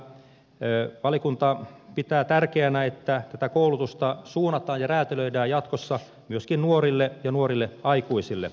valiokunta pitää tärkeänä että tätä koulutusta suunnataan ja räätälöidään jatkossa myöskin nuorille ja nuorille aikuisille